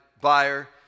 buyer